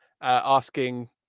asking